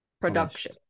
production